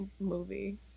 movie